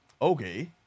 Okay